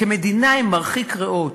כמדינאי מרחיק ראות,